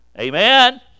Amen